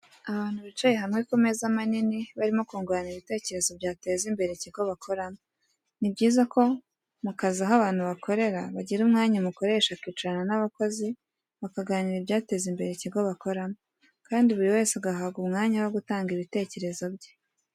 Abantu bicaye hamwe ku meza manini barimo kungurana ibitekerezo byateza imbere ikigo bakoramo. Ni byiza ko mu kazi aho abantu bakorera bagira umwanya umukoresha akicarana n'abakozi bakaganira ibyateza imbere ikigo bakoramo, kandi buri wese agahabwa umwanya wo gutanga ibitekerezo bye.